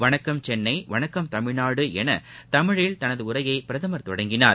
வணக்கம் சென்னை வணக்கம் தமிழ்நாடு என தமிழில் தனது உரையை பிரதமர் தொடங்கினார்